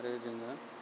आरो जोंनो